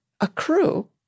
accrue